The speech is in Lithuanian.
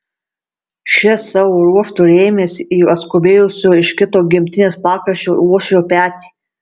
šis savo ruoštu rėmėsi į atskubėjusio iš kito gimtinės pakraščio uošvio petį